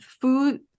food